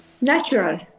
natural